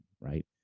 right